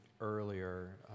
earlier